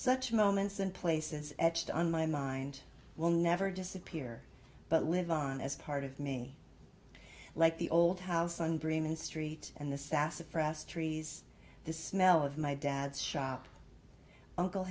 such moments and places edged on my mind will never disappear but live on as part of me like the old house son bring his street and the sassafras trees the smell of my dad's shop uncle